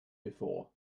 before